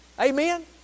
Amen